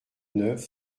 neuf